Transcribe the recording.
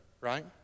right